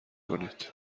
کنید